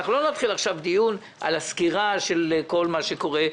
לא נתחיל עכשיו דיון על הסקירה של כל מה שקורה.